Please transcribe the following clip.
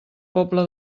pobla